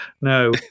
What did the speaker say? no